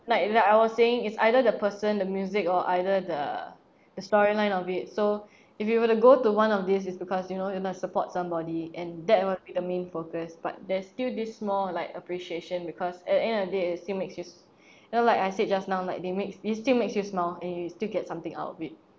like like I was saying is either the person the music or either the the storyline of it so if you were to go to one of these is because you know you wanna support somebody and that must be the main focus but there's still this small like appreciation because at end of day it still makes you you know like I said just now like they make these still makes you smile and you still get something out of it